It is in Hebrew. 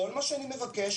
כל מה שאני מבקש,